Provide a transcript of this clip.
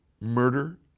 murder